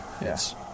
Yes